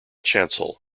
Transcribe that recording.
chancel